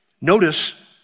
Notice